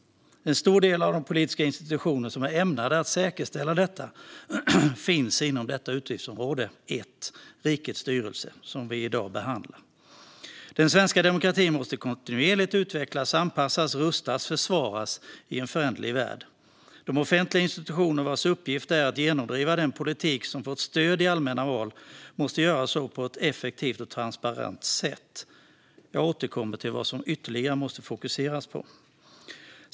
En stor del av de politiska institutioner som är ämnade att säkerställa detta återfinns inom utgiftsområde 1 Rikets styrelse, som vi i dag behandlar. Den svenska demokratin måste kontinuerligt utvecklas och anpassas, rustas och försvaras, i en föränderlig värld. De offentliga institutioner vars uppgift det är att genomdriva den politik som fått stöd i allmänna val måste göra så på ett effektivt och transparent sätt. Jag återkommer till vad som ytterligare måste fokuseras på.